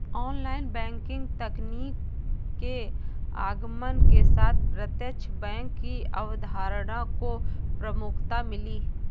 online banking तकनीक के आगमन के साथ प्रत्यक्ष बैंक की अवधारणा को प्रमुखता मिली